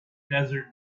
desert